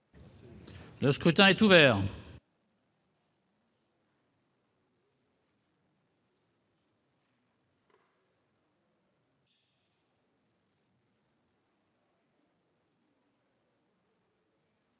Le scrutin est ouvert.